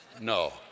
No